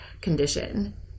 condition